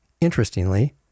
Interestingly